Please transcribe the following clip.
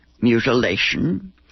mutilation